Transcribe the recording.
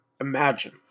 imagine